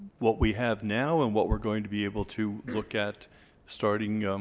what we have now, and what we're going to be able to look at starting